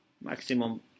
maximum